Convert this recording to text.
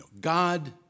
God